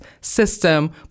system